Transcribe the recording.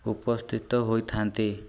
ଉପସ୍ଥିତ ହୋଇଥାନ୍ତି